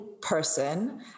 person